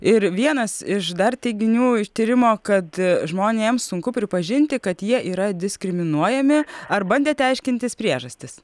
ir vienas iš dar teiginių tyrimo kad žmonėms sunku pripažinti kad jie yra diskriminuojami ar bandėte aiškintis priežastis